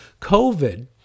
COVID